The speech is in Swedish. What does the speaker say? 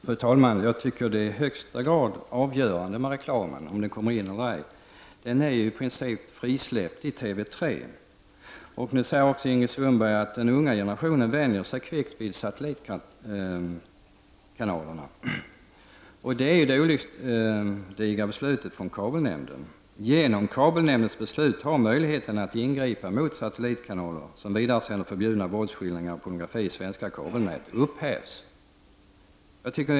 Fru talman! Jag tycker att det i högsta grad är avgörande för reklamen om den kommer in eller ej. Den är i princip frisläppt i TV 3. Nu säger Ingrid Sundberg att den unga generationen kvickt vänjer sig vid satellitkanalerna. På grund av det olycksdigra beslutet från kabelnämnden har möjligheterna att ingripa mot satellitkanaler som vidaresänder förbjudna våldsskildringar och pornografi i svenska kabelnät upphävts.